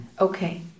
Okay